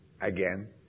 again